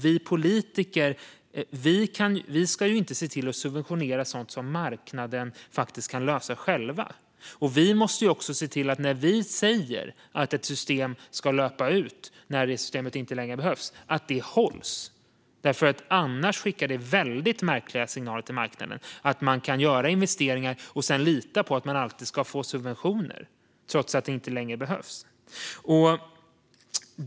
Vi politiker ska inte subventionera sådant som marknaden kan lösa själv, och vi måste hålla oss till att när ett system löper ut ska det inte heller behållas. Annars skickar det märkliga signaler till marknaden att göra investeringar och sedan lita på att man alltid ska få subventioner, trots att de inte längre behövs.